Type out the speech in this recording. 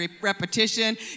repetition